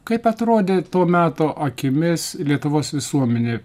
kaip atrodė to meto akimis lietuvos visuomenė